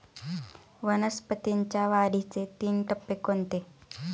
वनस्पतींच्या वाढीचे तीन टप्पे कोणते?